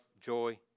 joy